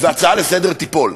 וההצעה לסדר-היום תיפול.